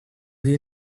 the